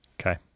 Okay